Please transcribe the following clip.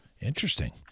Interesting